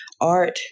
Art